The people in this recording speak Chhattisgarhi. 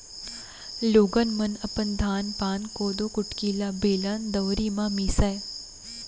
लोगन मन अपन धान पान, कोदो कुटकी ल बेलन, दउंरी म मीसय